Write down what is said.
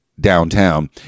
downtown